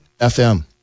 FM